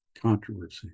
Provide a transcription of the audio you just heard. controversy